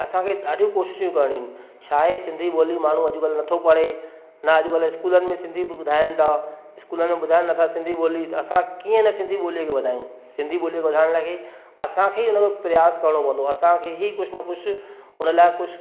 असांखे ॾाढियूं कोशिशूं करिणियूं आहिनि छाहे सिंधी ॿोली माण्हू अॼुकल्ह न थो पढ़े न अॼुकल्ह स्कूलनि में सिंधी बि ॿुधाइनि था स्कूलनि में ॿुधाइनि न था सिंधी ॿोली असां कीअं हिन सिंधी ॿोलीअ खे वधायूं सिंधी ॿोली वधाइण लाइ असांखे ई उनखे प्रयास करिणो पवंदो असांखे ई कुझु न कुझु उन लाइ कुझु